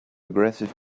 aggressive